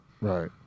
Right